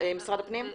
משרד הפנים?